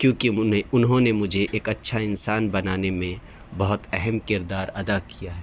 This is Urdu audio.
کیونکہ انہیں انہوں نے مجھے ایک اچھا انسان بنانے میں بہت اہم کردار ادا کیا ہے